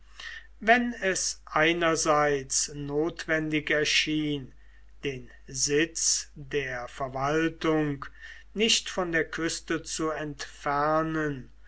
wenn es einerseits notwendig erschien den sitz der verwaltung nicht von der küste zu entfernen